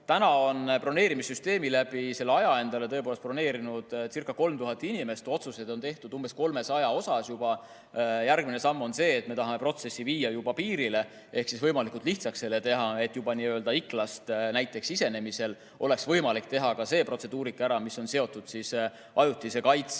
Täna on broneerimissüsteemi läbi selle aja endale broneerinudcirca3000 inimest, otsuseid on tehtud umbes 300 kohta. Järgmine samm on see, et me tahame protsessi viia juba piirile ehk siis selle võimalikult lihtsaks teha, nii et juba Iklast sisenemisel oleks võimalik teha ära ka see protseduurika, mis on seotud ajutise kaitse